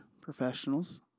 professionals